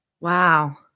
Wow